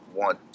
want